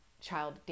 child